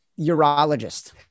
urologist